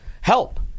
help